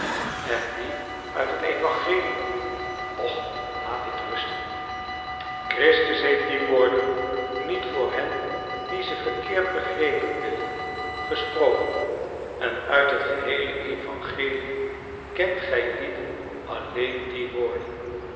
en die uit het evangelie och laat dit rusten christus heeft die woorden niet voor hen die ze verkeerd begrepen willen gesproken en uit het geheele evangelie kent gijlieden alleen die woorden